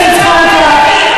בני-תרבות, בני-תרבות.